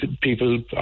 people